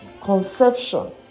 Conception